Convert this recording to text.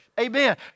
Amen